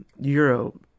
Euro